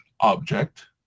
object